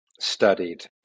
studied